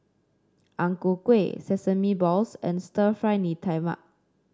Ang Ku Kueh Sesame Balls and Stir Fry Mee Tai Mak